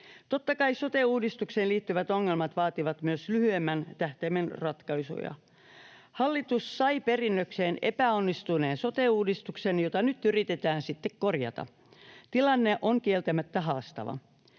Totta kai sote-uudistukseen liittyvät ongelmat vaativat myös lyhyemmän tähtäimen ratkaisuja. Hallitus sai perinnökseen epäonnistuneen sote-uudistuksen, jota nyt yritetään sitten korjata. Tilanne on kieltämättä haastava.